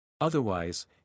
Otherwise